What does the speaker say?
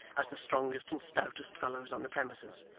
as the strongest and stoutest fellows on the premises,